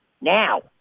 Now